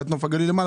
בנוף הגליל זאת